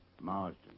Marsden